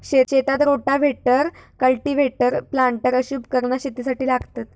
शेतात rotavator, cultivator, planter अशी उपकरणा शेतीसाठी लागतत